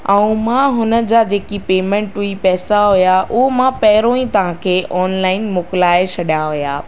ऐं मां हुन जा जेकी पेमेंट हुई पैसा हुआ उहो मां पहररियों ई तव्हांखे ऑनलाइन मोकिलाए छॾिया हुआ